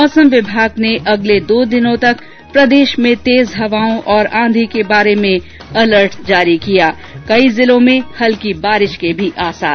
मौसम विभाग ने अगले दो दिनों तक प्रदेश में तेज हवाओं और आंधी के बारे में अलर्ट जारी किया कई जिलों में हल्की बारिश के भी आसार